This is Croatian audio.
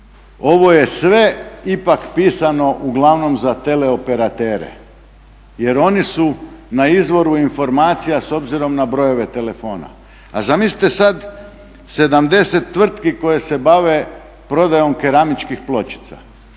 Ovo je sve ipak pisano uglavnom za teleoperatere, jer oni su na izvoru informacija s obzirom na brojeve telefona. A zamislite sad 70 tvrtki koje se bave prodajom keramičkih pločica